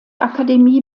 akademie